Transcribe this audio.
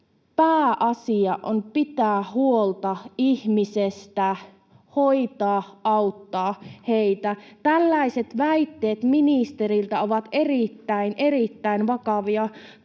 pääasia on pitää huolta ihmisestä, hoitaa, auttaa heitä. Tällaiset väitteet ministeriltä ovat erittäin,